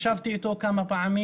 ישבתי אתו כמה פעמים.